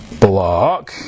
block